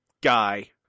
guy